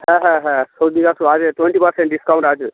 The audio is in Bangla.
হ্যাঁ হ্যাঁ হ্যা আ টোয়েন্টি পারসেন্ট ডিসকাউন্ট আছে